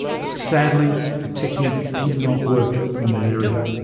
but sadly the technique did not work for malaria.